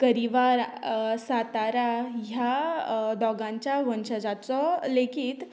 करिवार सातारा ह्या दोगांच्या वंशजाचो लेखीत